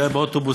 פגיעה באוטובוס,